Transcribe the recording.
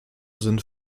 sind